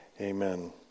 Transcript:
Amen